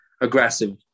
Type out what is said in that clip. aggressive